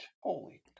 Holy